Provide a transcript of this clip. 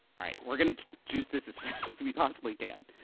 we're gonna juice this. as fast as we possibly can.